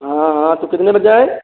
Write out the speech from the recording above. हाँ हाँ तो कितने बजे आएँ